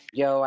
yo